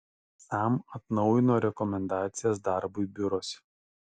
sam atnaujino rekomendacijas darbui biuruose